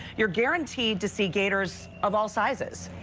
you're guaranteed to see gators of all sizes.